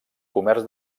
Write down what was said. comerç